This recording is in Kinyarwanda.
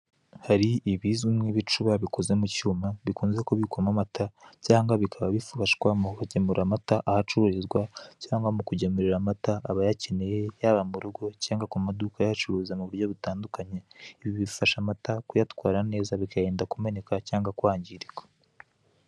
Hari ibizwi nk'ibicuba bikozwe mu cyuma bikunze kubikwamo amata cyangwa bikaba bifasha mu kugemurira amata ahao acururizwa, cyangwa mu kugemurira amata abayakeneye yaba mu rugo cyangwa ku maduka ayahacururiza mu buryo ugiye butandukanye, ibi bifasha amata mu kuyatwara neza, bikayarinda, kumeneka cayngwa kwamgirika.